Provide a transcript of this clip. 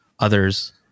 others